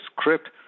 script